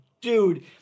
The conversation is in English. dude